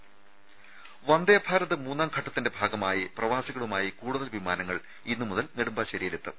രുമ വന്ദേഭാരത് മൂന്നാംഘട്ടത്തിന്റെ ഭാഗമായി പ്രവാസികളുമായി കൂടുതൽ വിമാനങ്ങൾ ഇന്നുമുതൽ നെടുമ്പാശ്ശേരിയിലെത്തും